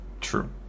True